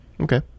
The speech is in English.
Okay